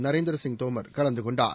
நரேந்திரசிங் தோமர் கலந்து கொண்டார்